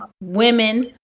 women